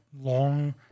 long